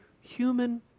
human